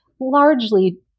largely